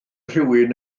rhywun